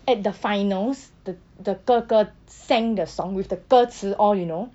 at the finals the the 哥哥 sang the song with the 歌词 all you know